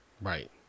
Right